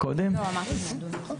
להתעדכן גם כאן במערכות.